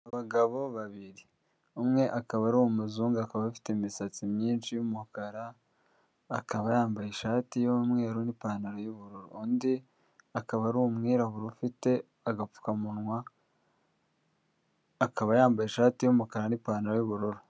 Abagabo babiri umwe akaba ari umuzungu akaba afite imisatsi myinshi y'umukara, akaba yambaye ishati y'umweru n'ipantaro y'ubururu, undi akaba ari umwirabura ufite agapfukamunwa, akaba yambaye ishati y'umukara n'ipantaro y'ubururu.